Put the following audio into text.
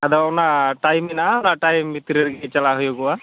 ᱟᱫᱚ ᱚᱱᱟ ᱴᱟᱭᱤᱢ ᱢᱮᱱᱟᱜᱼᱟ ᱚᱱᱟ ᱴᱟᱭᱤᱢ ᱵᱷᱤᱛᱨᱤ ᱨᱮᱜᱤ ᱪᱟᱞᱟᱣ ᱦᱩᱭᱩᱜᱚᱜᱼᱟ